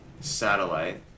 Satellite